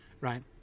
right